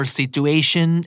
situation